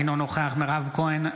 אינו נוכח מירב כהן,